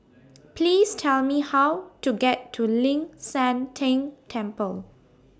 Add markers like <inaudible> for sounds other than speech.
<noise> Please Tell Me How to get to Ling San Teng Temple